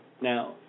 Now